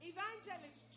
Evangelist